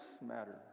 matter